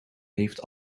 heeft